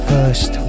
First